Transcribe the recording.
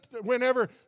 whenever